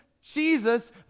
Jesus